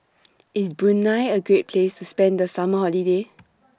IS Brunei A Great Place to spend The Summer Holiday